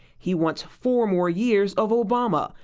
he wants four more years of obama,